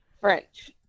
French